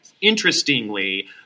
interestingly